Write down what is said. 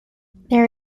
there